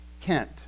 Kent